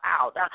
out